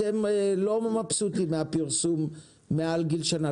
אתם לא מבסוטים מהפרסום מעל גיל שנה,